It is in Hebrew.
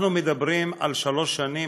אנחנו מדברים על שלוש שנים,